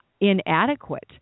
inadequate